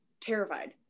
terrified